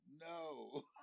no